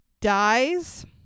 dies